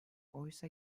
oysa